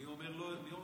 מי אומר את זה?